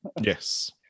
Yes